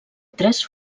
tres